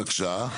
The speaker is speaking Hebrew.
בבקשה.